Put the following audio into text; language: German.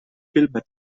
filme